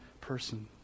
person